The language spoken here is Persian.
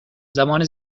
زمان